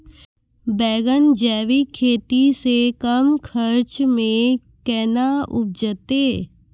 बैंगन जैविक खेती से कम खर्च मे कैना उपजते?